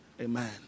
Amen